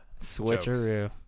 Switcheroo